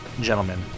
gentlemen